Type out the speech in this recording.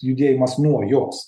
judėjimas nuo jos